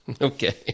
Okay